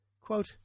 Quote